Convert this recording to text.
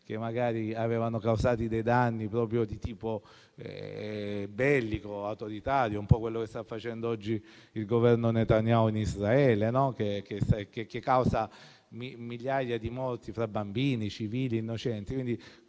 che magari avevano causato danni di tipo bellico e autoritario, un po' come sta facendo oggi il Governo Netanyahu in Israele, che causa migliaia di morti fra bambini, civili e innocenti;